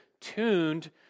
tuned